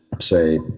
say